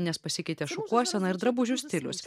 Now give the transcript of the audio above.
nes pasikeitė šukuoseną ir drabužių stilius